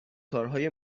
کارهای